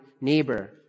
neighbor